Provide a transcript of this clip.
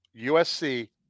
USC